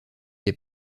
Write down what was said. les